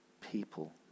people